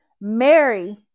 Mary